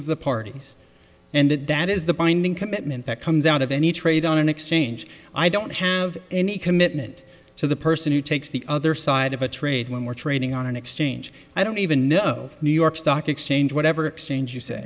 of the parties and that is the binding commitment that comes out of any trade on an exchange i don't have any commitment to the person who takes the other side of a trade when we're trading on an exchange i don't even know new york stock exchange whatever exchange you say